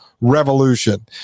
revolution